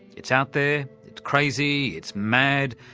it's out there, it's crazy, it's mad,